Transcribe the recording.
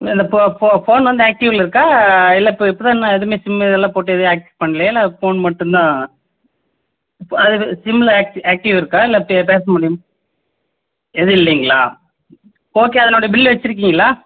இல்லை இந்த ஃபோன் வந்து ஆக்டிவ்வில் இருக்கா இல்லை இப்போ இப்போ தான் இன்னும் எதுவுமே சிம்மு இதெல்லாம் போட்டு இது ஆக்ட் பண்ணலையா இல்லை ஃபோன் மட்டுந்தான் சிம்மு ஆக்டிவ் இருக்கா இல்லை பேச முடியுமா எதுவும் இல்லைங்களா ஓகே அதனுடைய பில் வைச்சிருக்கிங்களா